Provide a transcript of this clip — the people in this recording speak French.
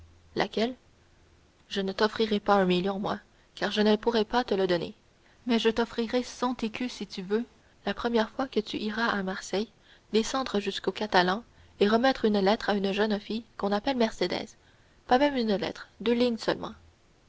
laquelle je ne t'offrirai pas un million moi car je ne pourrais pas te le donner mais je t'offrirai cent écus si tu veux la première fois que tu iras à marseille descendre jusqu'aux catalans et remettre une lettre à une jeune fille qu'on appelle mercédès pas même une lettre deux lignes seulement